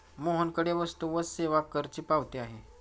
मोहनकडे वस्तू व सेवा करची पावती आहे